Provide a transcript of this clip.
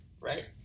Right